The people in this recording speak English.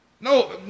No